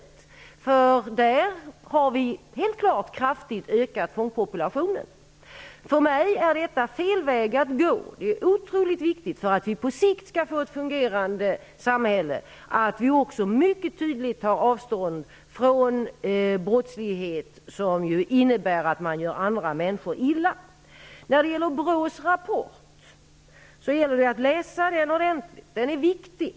De har ju helt klart bidragit till att kraftigt öka fångpopulationen. För mig är detta fel väg att gå. För att vi på sikt skall få ett fungerande samhälle är det otroligt viktigt vi mycket tydligt tar avstånd från brottslighet, som ju innebär att man gör andra människor illa. Det gäller att läsa BRÅ:s rapport ordentligt; den är viktig.